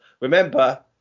Remember